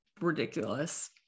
ridiculous